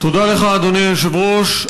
תודה לך, אדוני היושב-ראש.